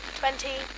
twenty